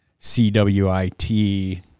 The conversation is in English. CWIT